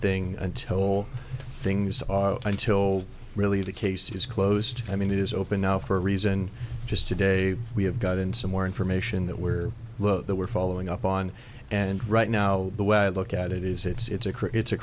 thing until things are until really the case is closed i mean it is open now for a reason just today we have gotten some more information that we're that we're following up on and right now the way i look at it is it's a crit it's a